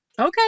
Okay